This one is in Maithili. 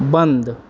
बन्द